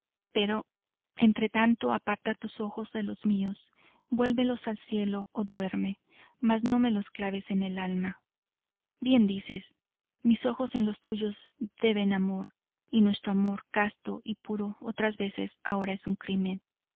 pero entre tanto aparta tus ojos de los míos vuélvelos al cielo o duerme más no me los claves en el alma bien dices mis ojos en los tuyos deben amor y nuestro amor casto y puro otras veces ahora es un crimen